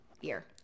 year